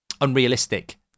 unrealistic